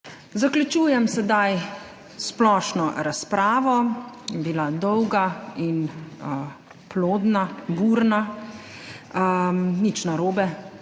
zaključujem splošno razpravo. Bila je dolga in plodna, burna. Nič narobe,